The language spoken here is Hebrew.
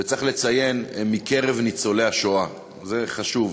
וצריך לציין: מקרב ניצולי השואה, זה חשוב.